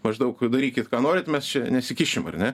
maždaug darykit ką norit mes čia nesikišim ar ne